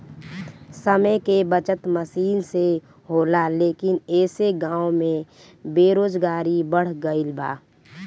समय के बचत मसीन से होला लेकिन ऐसे गाँव में बेरोजगारी बढ़ गइल बा